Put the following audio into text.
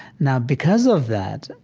now because of that,